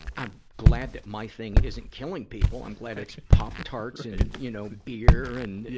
i'm glad that my thing isn't killing people. i'm glad it's pop tarts and, you know, beer and,